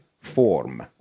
form